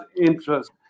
interest